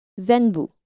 zenbu